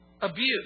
Abuse